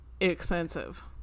expensive